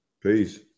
Peace